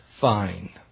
fine